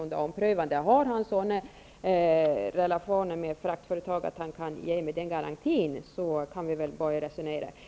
Har Tom Heyman sådana relationer med fraktföretagen att han har möjlighet att ge mig den garantin, så kan vi börja resonera.